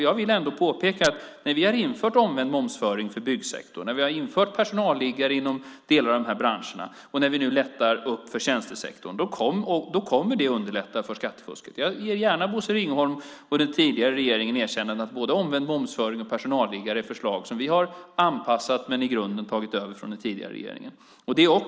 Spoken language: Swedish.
Jag vill ändå påpeka att när vi har infört omvänd momsföring för byggsektorn, när vi har infört personalliggare inom delar av dessa branscher och när vi nu lättar upp för tjänstesektorn kommer detta att underlätta en minskning av skattefusket. Jag ger gärna Bosse Ringholm och den tidigare regeringen erkännandet att både förslaget om omvänd momsföring och förslaget om personalliggare är förslag som vi har anpassat men i grunden har tagit över från den tidigare regeringen.